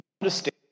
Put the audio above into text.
Understand